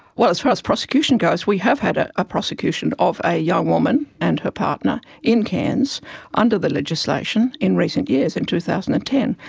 well, as far as prosecution goes we have had a ah prosecution of a young woman and her partner in cairns under the legislation in recent years, in two thousand and ten.